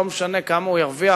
לא משנה כמה הוא ירוויח,